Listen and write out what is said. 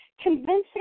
Convincing